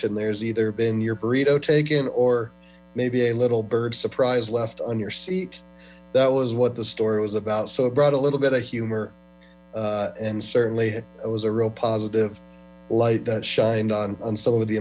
n there's either been your burrito taken or maybe a little bird surprise left on your seat that was what the story was about so it brought a little bit of humor and certainly it was a real positive light shined on on some of the